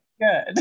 good